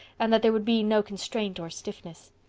and that there would be no constraint or stiffness.